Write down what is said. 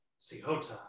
Sihota